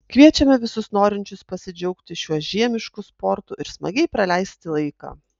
kviečiame visus norinčius pasidžiaugti šiuo žiemišku sportu ir smagiai praleisti laiką